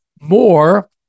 more